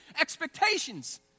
expectations